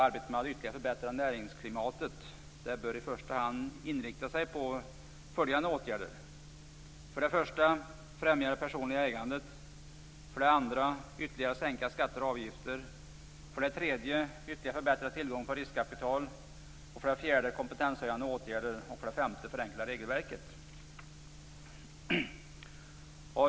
Arbetet med att ytterligare förbättra näringsklimatet bör i första hand inrikta sig på följande åtgärder: 1. Främja det personliga ägandet. 2. Ytterligare sänka skatter och avgifter. 3. Ytterligare förbättra tillgången på riskkapital. 4. Satsa på kompetenshöjande åtgärder. 5. Förenkla regelverket.